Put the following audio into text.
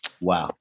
Wow